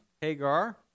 Hagar